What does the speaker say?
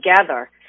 together